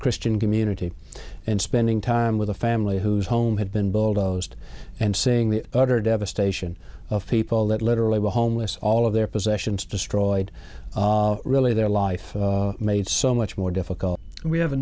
christian community and spending time with a family whose home had been bulldozed and seeing the utter devastation of people that literally were homeless all of their possessions destroyed really their life made so much more difficult we have a